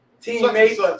teammates